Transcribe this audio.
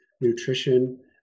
nutrition